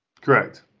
Correct